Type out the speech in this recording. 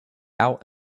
out